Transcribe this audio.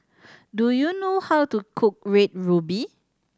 do you know how to cook Red Ruby